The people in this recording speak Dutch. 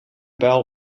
buil